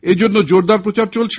এজন্য জোরদার প্রচার চলছে